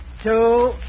Two